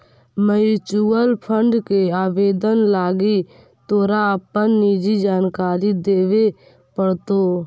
mutual fund के आवेदन लागी तोरा अपन निजी जानकारी देबे पड़तो